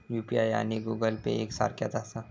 UPI आणि Google Pay एक सारख्याच आसा?